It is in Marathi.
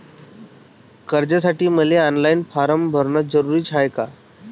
कर्जासाठी मले ऑनलाईन फारम भरन जरुरीच हाय का?